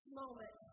moment